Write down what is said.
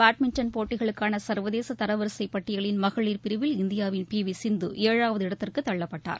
badminton போட்டிகளுக்கான சர்வதேச தர வரிசைப் பட்டியலின் மகளிர் பிரிவில் இந்தியாவின் பி வி சிந்து ஏழாவது இடத்திற்கு தள்ளப்பட்டார்